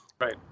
Right